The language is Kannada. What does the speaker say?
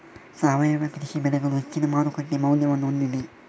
ಸಾವಯವ ಕೃಷಿ ಬೆಳೆಗಳು ಹೆಚ್ಚಿನ ಮಾರುಕಟ್ಟೆ ಮೌಲ್ಯವನ್ನು ಹೊಂದಿದೆ